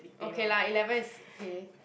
okay lah eleven is okay